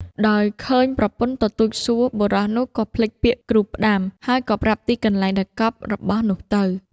ដោយឃើញប្រពន្ធទទូចសួរ បុរសនោះក៏ភ្លេចពាក្យគ្រូផ្ដាំ ហើយក៏ប្រាប់ទីកន្លែងដែលកប់របស់នោះទៅ។